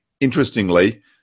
interestingly